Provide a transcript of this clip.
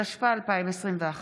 התשפ"א 2021,